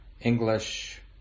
English